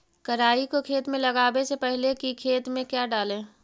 राई को खेत मे लगाबे से पहले कि खेत मे क्या डाले?